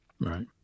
Right